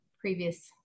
previous